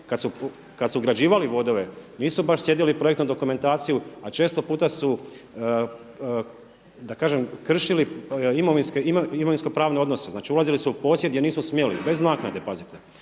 kad su ugrađivali vodove nisu baš sredili projektnu dokumentaciju, a često puta su da kažem kršili imovinsko-pravne odnose. Znači, ulazili su u posjed jer nisu smjeli, bez naknade, pazite!